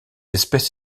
espèce